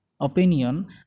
opinion